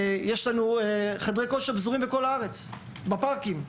יש חדרי כושר שפזורים בכל הארץ, וגם בפארקים ישנם.